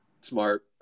Smart